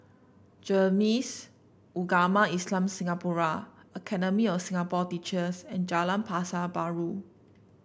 Ugama Islam Singapura Academy of Singapore Teachers and Jalan Pasar Baru